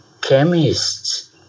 chemists